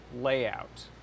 layout